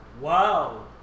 Wow